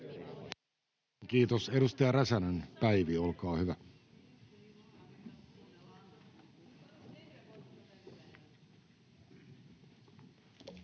Kiitos. — Edustaja Räsänen, Päivi, olkaa hyvä.